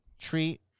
treat